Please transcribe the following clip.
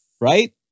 right